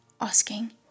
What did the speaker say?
asking